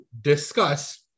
discuss